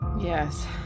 Yes